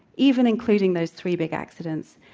even including those three big accidents.